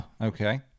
Okay